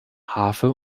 harfe